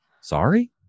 sorry